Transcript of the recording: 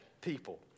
people